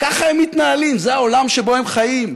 ככה הם מתנהלים, זה העולם שבו הם חיים.